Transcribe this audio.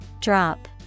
Drop